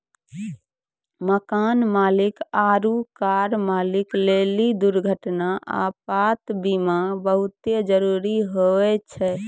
मकान मालिक आरु कार मालिक लेली दुर्घटना, आपात बीमा बहुते जरुरी होय छै